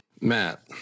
Matt